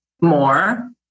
more